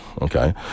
Okay